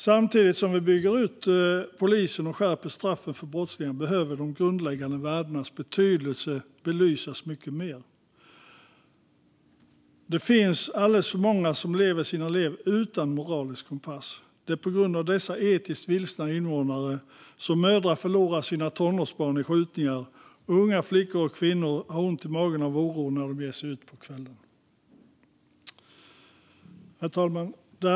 Samtidigt som vi bygger ut polisen och skärper straffen för brottslingar behöver de grundläggande värdenas betydelse belysas mycket mer. Det finns alldeles för många som lever sina liv utan moralisk kompass. Det är på grund av dessa etiskt vilsna invånare som mödrar förlorar sina tonårsbarn i skjutningar och unga flickor och kvinnor har ont i magen av oro när de ger sig ut på kvällen. Herr talman!